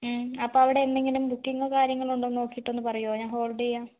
അപ്പോൾ അവിടെ എന്തെങ്കിലും ബുക്കിങ്ങോ കാര്യങ്ങളോ ഉണ്ടോന്നു നോക്കിട്ടൊന്ന് പറയോ ഞാൻ ഹോൾഡ് ചെയ്യാം